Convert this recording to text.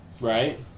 right